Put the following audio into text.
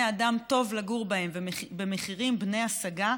אדם טוב לגור בהן ובמחירים בני-השגה,